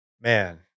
Man